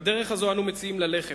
בדרך הזאת אנו מציעים ללכת.